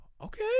okay